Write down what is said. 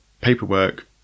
paperwork